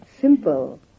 simple